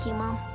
yeah mum